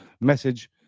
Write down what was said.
message